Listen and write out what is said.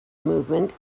movement